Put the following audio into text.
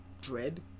Dread